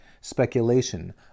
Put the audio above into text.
speculation